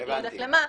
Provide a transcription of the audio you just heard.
אני לא יודעת למה.